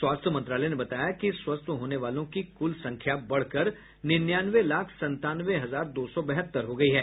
स्वास्थ्य मंत्रालय ने बताया कि स्वस्थ होने वालों की कुल संख्या बढ़कर निन्यानवे लाख संतानवे हजार दो सौ बहत्तर हो गई है